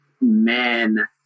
men